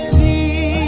the